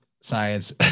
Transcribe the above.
science